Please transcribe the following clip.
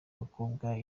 mukobwa